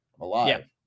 alive